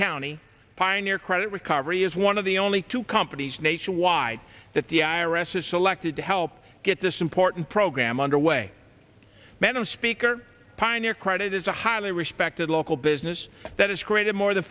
county pioneer credit recovery is one of the only two companies nationwide that the i r s has selected to help get this important program underway madam speaker pioneer credit is a highly respected local business that has created more than